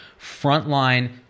frontline